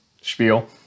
spiel